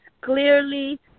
clearly